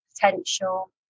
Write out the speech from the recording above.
potential